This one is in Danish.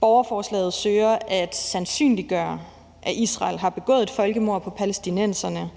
Borgerforslaget søger at sandsynliggøre, at Israel har begået et folkemord på palæstinenserne,